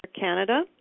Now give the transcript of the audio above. Canada